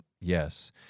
yes